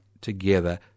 together